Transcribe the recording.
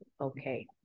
okay